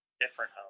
different